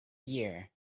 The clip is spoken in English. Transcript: year